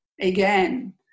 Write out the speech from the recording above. again